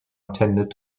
intended